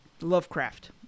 lovecraft